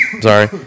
sorry